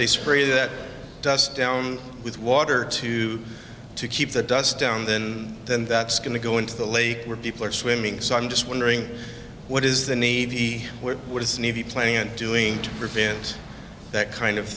they spray that down with water to keep the dust down then then that's going to go into the lake where people are swimming so i'm just wondering what is the need he was navy planning on doing to prevent that kind of